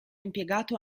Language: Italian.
impiegato